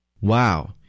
Wow